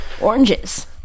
oranges